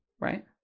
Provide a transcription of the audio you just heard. right